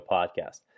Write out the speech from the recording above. Podcast